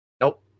Nope